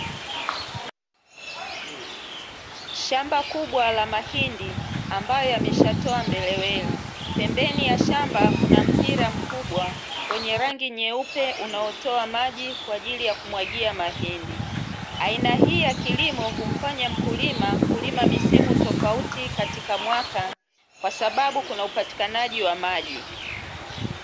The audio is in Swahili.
Shamba kubwa la mahindi ambayo yameshatoa ndelewele, pembeni ya shamba kuna mpira mkubwa wenye rangi nyeupe unaotoa maji kwa ajili ya kumwagia mahindi, aina hii ya kilimo humfanya mkulima kulima misimu tofauti katika mwaka kwa sababu kuna upatikanaji wa maji.